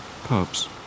pubs